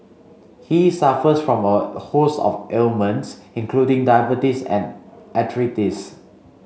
he suffers from a host of ailments including diabetes and arthritis